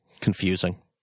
confusing